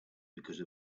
because